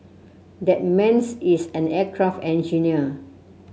that man is an aircraft engineer